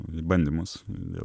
bandymus vėl